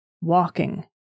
walking